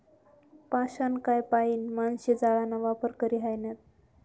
पाषाणकाय पाईन माणशे जाळाना वापर करी ह्रायनात